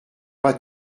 pas